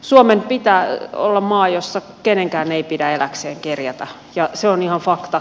suomen pitää olla maa jossa kenenkään ei pidä elääkseen kerjätä ja se on ihan fakta